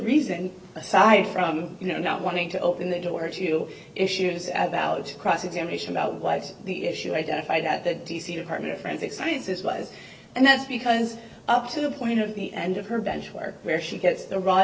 reason aside from you know not wanting to open the door to issues about cross examination about what's the issue identify that the d c department forensic science is wise and that's because up to the point of the end of her benchmark where she gets the raw